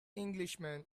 englishman